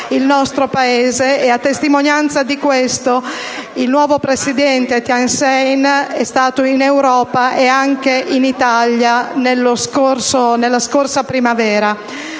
il nuovo presidente Thein Sein, è stato in Europa e anche in Italia nella scorsa primavera.